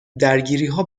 درگیریها